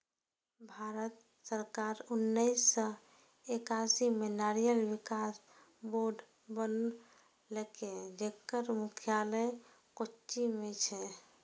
भारत सरकार उन्नेस सय एकासी मे नारियल विकास बोर्ड बनेलकै, जेकर मुख्यालय कोच्चि मे छै